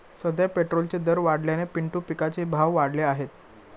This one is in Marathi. सध्या पेट्रोलचे दर वाढल्याने पिंटू पिकाचे भाव वाढले आहेत